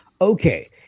Okay